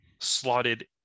slotted